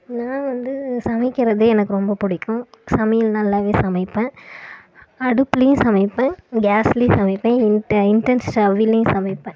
நான் வந்து சமைக்கிறது எனக்கு ரொம்ப பிடிக்கும் சமையல் நல்லாவே சமைப்பேன் அடுப்புலையும் சமைப்பேன் கேஸ்லையும் சமைப்பேன் இண்ட இண்டன் ஸ்டவ்வுலையும் சமைப்பேன்